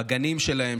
בגנים שלהם,